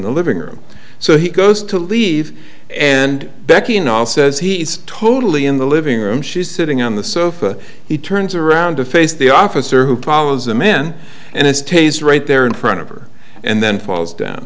the living room so he goes to leave and decking all says he's totally in the living room she's sitting on the sofa he turns around to face the officer who follows a man and it stays right there in front of her and then falls down